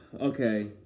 okay